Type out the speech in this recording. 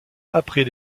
après